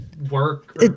work